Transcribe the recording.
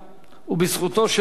ובזכותו של הרוב